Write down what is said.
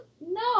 No